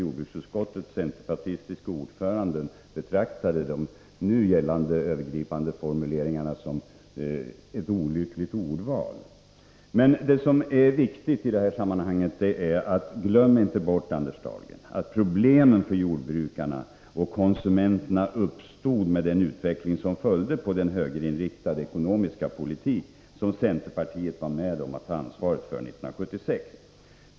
jordbruksutskottets centerpartistiske ordförande betraktade de nu gällande övergripande formuleringarna som ett olyckligt ordval. Men det som är viktigt i sammanhanget och som Anders Dahlgren inte bör glömma bort är att problemen för jordbrukarna och konsumenterna uppstod med den utveckling som följde på den högerinriktade ekonomiska politik som centerpartiet var med om att ta ansvaret för efter 1976.